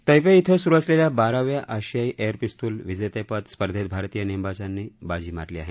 Taipei इथं सुरु असलेल्या बाराव्या आशियाई एअर पिस्तूल विजेतेपद स्पर्धेत भारतीय नेमबाजांनी बाजी मारली आहे